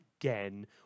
Again